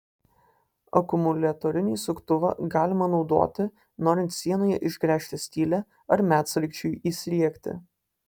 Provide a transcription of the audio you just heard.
akumuliatorinį suktuvą galima naudoti norint sienoje išgręžti skylę ar medsraigčiui įsriegti